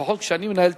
נחליט